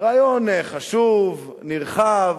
ריאיון חשוב, נרחב,